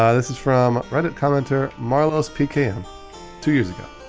ah this is from reddit commenter marlo speaking two years ago